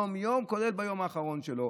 יום-יום, כולל ביום האחרון שלו,